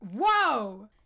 whoa